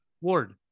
Ward